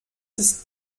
ist